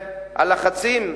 הלחצים,